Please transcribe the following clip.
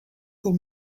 pour